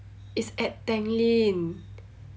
it's at tanglin